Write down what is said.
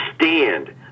stand